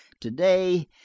today